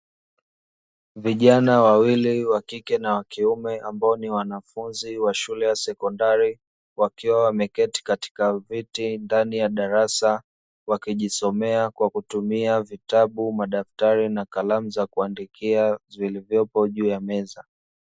Vijana wawili wa kike na wakiume ambao ni wanafunzi wa shule ya sekondari wakiwa wameketi katika viti ndani ya darasa wakijisomea kwa kutumia vitabu: madaftali na kalamu za kuandikia vilivyopo juu ya meza.